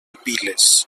piles